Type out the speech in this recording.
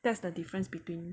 that's the difference between